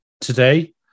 today